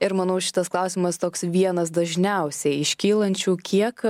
ir manau šitas klausimas toks vienas dažniausiai iškylančių kiek